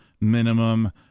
minimum